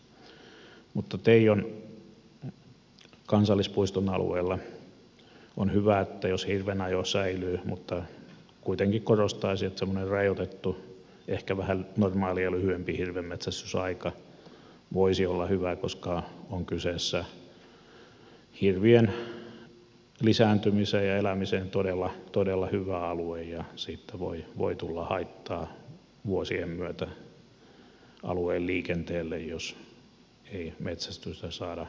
teijon kansallispuiston alueella on hyvä jos hirvenajo säilyy mutta kuitenkin korostaisin että semmoinen rajoitettu ehkä vähän normaalia lyhyempi hirvenmetsästysaika voisi olla hyvä koska on kyseessä hirvien lisääntymiseen ja elämiseen todella todella hyvä alue ja siitä voi tulla haittaa vuosien myötä alueen liikenteelle jos ei metsästystä saada järjestettyä